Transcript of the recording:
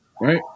right